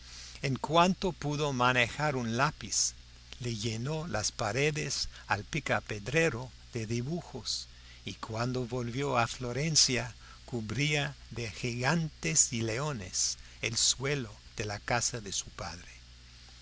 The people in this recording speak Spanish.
en cuanto pudo manejar un lápiz le llenó las paredes al picapedrero de dibujos y cuando volvió a florencia cubría de gigantes y leones el suelo de la casa de su padre